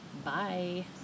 Bye